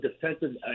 defensive